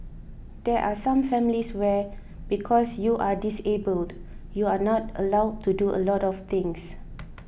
there are some families where because you are disabled you are not allowed to do a lot of things